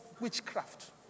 Witchcraft